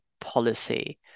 policy